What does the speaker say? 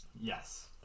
yes